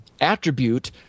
attribute